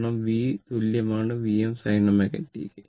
കാരണം V തുല്യമാണ് Vm sin ω t